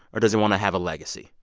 or does he want to have a legacy?